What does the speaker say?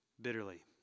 bitterly